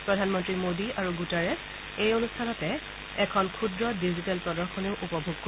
প্ৰধানমন্ত্ৰী মোডী আৰু গুট্টাৰেচ এই অনুষ্ঠানতে এখন ক্ষুদ্ৰ ডিজিটেল প্ৰদশনীও উপভোগ কৰিব